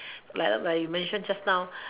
like ah you mention just now